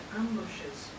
ambushes